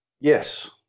yes